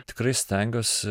tikrai stengiuos